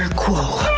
and quo.